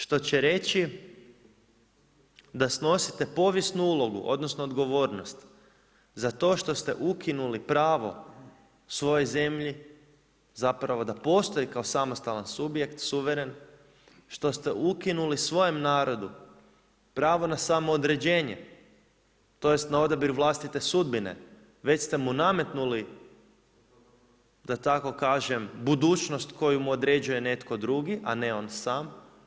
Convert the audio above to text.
Što će reći da snosite povijesnu ulogu, odnosno, odgovornost za to što ste ukinuli pravo svojoj zemlji zapravo da postoji kao samostalan subjekt, suveren, što ste ukinuli svojem narodu pravo na samoodređenje, tj. na odabir vlastite sudbine, već ste mu nametnuli da tako kažem, budućnost koju mu određuje netko drugi, a ne on sam.